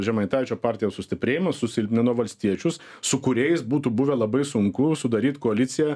žemaitaičio partijos sustiprėjimas susilpnino valstiečius su kuriais būtų buvę labai sunku sudaryt koaliciją